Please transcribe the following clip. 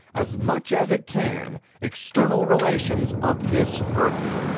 as much as it can, external relations of this earth.